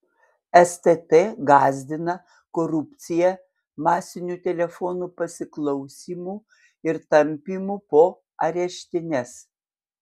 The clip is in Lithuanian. stt gąsdina korupcija masiniu telefonų pasiklausymu ir tampymu po areštines